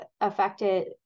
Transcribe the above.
affected